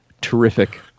terrific